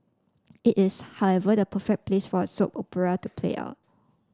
it is however the perfect place for a soap opera to play out